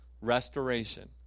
Restoration